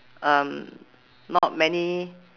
um not many